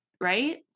right